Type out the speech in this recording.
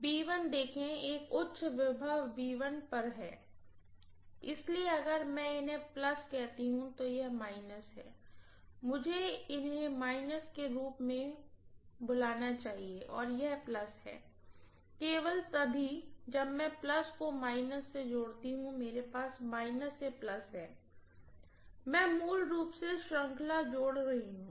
professor देखें एक उच्च वोल्टेज पर है कि इसलिए अगर मैं इन्हें प्लस कहती हूँ तो यह माइनस है मुझे इन्हें माइनस के रूप में भी कॉल करना चाहिए और यह प्लस है केवल तभी जब मैं प्लस को माइनस से जोड़ती हूँ मेरे पास माइनस से प्लस है मैं मूल रूप से श्रृंखला जोड़ रही हूँ